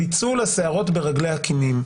פיצול השערות ברגלי הכינים.